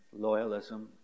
loyalism